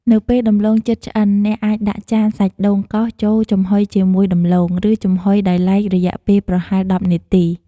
នៅពេលដំឡូងជិតឆ្អិន អ្នកអាចដាក់ចានសាច់ដូងកោសចូលចំហុយជាមួយដំឡូង ឬចំហុយដោយឡែករយៈពេលប្រហែល ១០ នាទី។